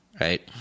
right